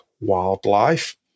wildlife